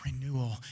renewal